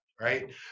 Right